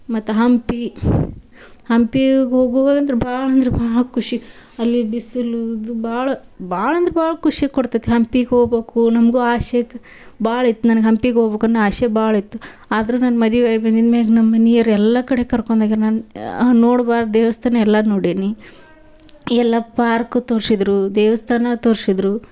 ಮತ್ತು ಹಂಪಿ ಹಂಪಿಗೆ ಹೋಗುವಾಗ ಅಂದ್ರೆ ಭಾಳಂದ್ರೆ ಭಾಳ ಖುಷಿ ಅಲ್ಲಿ ಬಿಸಿಲು ಇದು ಭಾಳ ಭಾಳಂದ್ರೆ ಭಾಳ ಖುಷಿ ಕೊಡ್ತತಿ ಹಂಪಿಗೆ ಹೋಬಕು ನಮಗೂ ಆಶೆಗೆ ಭಾಳ ಐತೆ ನನಗೆ ಹಂಪಿಗೆ ಹೋಬಕನ್ನೊ ಆಸೆ ಭಾಳಿತ್ತು ಆದರೂ ನನ್ನ ಮದುವೆ ಆಗ್ ಬಂದಿದ್ಮ್ಯಾಗ ನಮ್ಮ ಮನಿಯವ್ರ್ ಎಲ್ಲ ಕಡೆ ಕರ್ಕೊಂಡ್ ಹೋಗ್ಯಾರ್ ನನ್ನ ನೋಡ್ಬಾರ್ದ ದೇವಸ್ಥಾನ ಎಲ್ಲ ನೋಡೆನಿ ಎಲ್ಲ ಪಾರ್ಕು ತೋರ್ಸಿದ್ರು ದೇವಸ್ಥಾನ ತೋರ್ಸಿದ್ರು